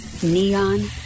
Neon